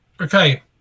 Okay